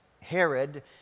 Herod